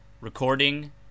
Recording